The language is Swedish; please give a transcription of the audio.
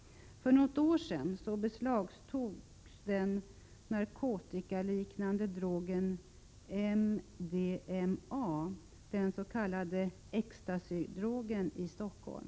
För något år sedan beslagtogs den narkotikaliknande drogen MDMA, den s.k. Ecstasy-drogen, i Stockholm.